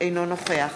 אינו נוכח